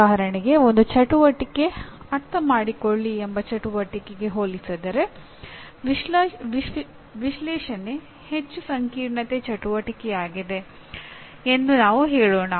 ಉದಾಹರಣೆಗೆ ಒಂದು ಚಟುವಟಿಕೆ ಅರ್ಥಮಾಡಿಕೊಳ್ಳಿ ಎಂಬ ಚಟುವಟಿಕೆಗೆ ಹೋಲಿಸಿದರೆ ವಿಶ್ಲೇಷಣೆ ಹೆಚ್ಚು ಸಂಕೀರ್ಣತೆಯ ಚಟುವಟಿಕೆಯಾಗಿದೆ ಎಂದು ನಾವು ಹೇಳೋಣ